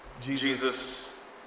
Jesus